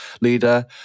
leader